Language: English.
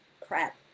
crap